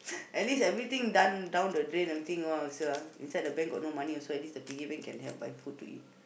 at least everything done down the drain everything all ah still ah inside the bank got no money also at least the piggy bank can help buy food to eat